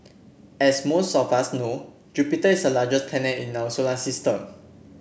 as most of us know Jupiter is the largest planet in our solar system